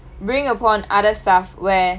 bring upon other stuff where